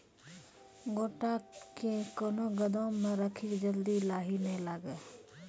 गोटा कैनो गोदाम मे रखी की जल्दी लाही नए लगा?